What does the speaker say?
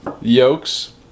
yolks